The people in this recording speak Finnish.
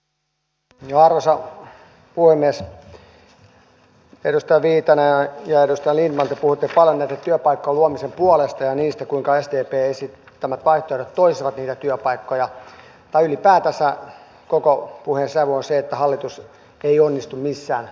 edustaja viitanen ja edustaja lindtman te puhuitte paljon näiden työpaikkojen luomisen puolesta ja siitä kuinka sdp esitti että nämä vaihtoehdot toisivat niitä työpaikkoja ylipäätänsä koko puheen sävy on se että hallitus ei onnistu missään tavoitteessaan